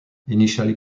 initially